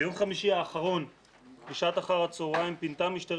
ביום חמישי האחרון בשעת אחר הצהריים פינתה משטרת